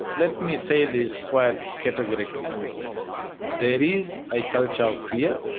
let me say this quite categorically there is a culture of fear,